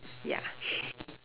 ya